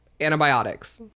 antibiotics